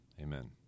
amen